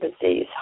disease